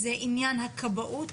זה עניין הכבאות,